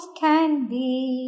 candy